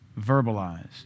verbalized